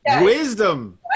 wisdom